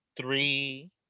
Three